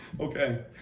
Okay